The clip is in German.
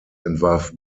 entwarf